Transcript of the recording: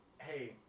hey